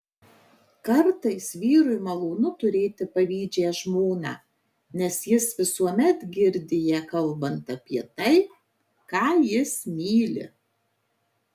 kartais vyrui malonu turėti pavydžią žmoną nes jis visuomet girdi ją kalbant apie tai ką jis myli